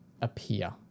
appear